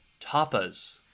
Tapas